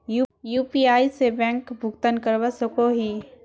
UPI से bank भुगतान करवा सकोहो ही?